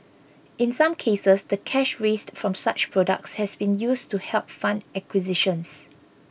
in some cases the cash raised from such products has been used to help fund acquisitions